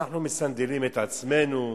אנחנו מסנדלים את עצמנו,